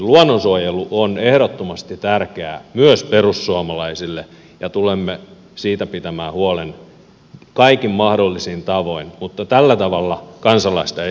luonnonsuojelu on ehdottomasti tärkeää myös perussuomalaisille ja tulemme siitä pitämään huolen kaikin mahdollisin tavoin mutta tällä tavalla kansalaista ei saa kurmuuttaa